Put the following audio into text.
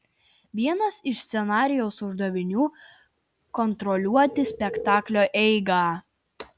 vienas iš scenarijaus uždavinių kontroliuoti spektaklio eigą